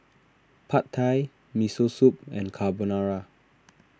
Pad Thai Miso Soup and Carbonara